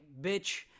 bitch